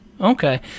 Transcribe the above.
Okay